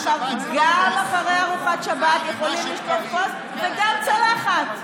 גם אחרי ארוחת שבת יכולים לשטוף כוס וגם צלחת.